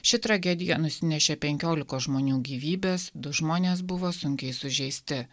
ši tragedija nusinešė penkiolikos žmonių gyvybes du žmonės buvo sunkiai sužeisti